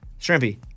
Shrimpy